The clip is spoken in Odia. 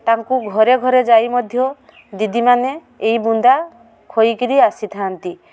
ତାଙ୍କୁ ଘରେ ଘରେ ଯାଇ ମଧ୍ୟ ଦିଦିମାନେ ଏଇ ବୁନ୍ଦା ଖୋଇକିରି ଆସିଥାଆନ୍ତି